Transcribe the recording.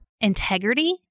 integrity